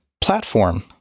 platform